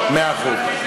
מאה אחוז.